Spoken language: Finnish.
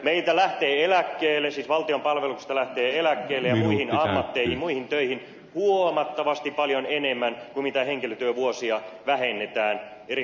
meiltä lähtee eläkkeelle siis valtion palveluksesta lähtee eläkkeelle ja muihin ammattiin ja muihin töihin huomattavasti paljon enemmän kuin mitä henkilötyövuosia vähennetään eri hallinnonaloilla